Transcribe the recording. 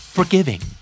Forgiving